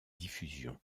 diffusion